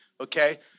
okay